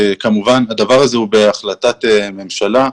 הדבר הזה הוא בהחלטת ממשלה.